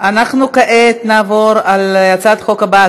אנחנו כעת נעבור להצעת החוק הבאה.